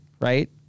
right